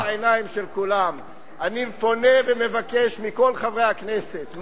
אני פונה ומבקש מכל חברי הכנסת,